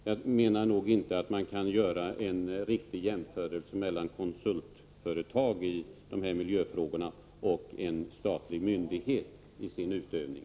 Jag menar att man inte kan göra någon riktig jämförelse mellan konsultföretag i miljöbranschen och en statlig myndighet i dess utövning.